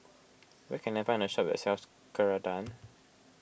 where can I find a shop that sells Ceradan